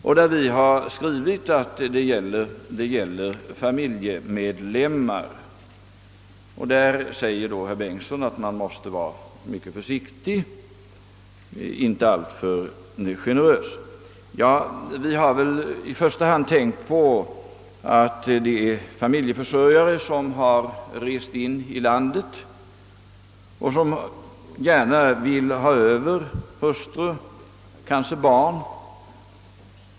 Jag har skrivit att detta skall gälla familjemedlemmar. Herr Bengtsson säger nu att man inte bör vara alltför generös med arbetstillstånd i sådana här fall. Jag vill därför framhålla, att jag har främst tänkt på fall där en familjeförsörjare rest in i landet och gärna vill ha hit sin hustru och kanske även sina barn.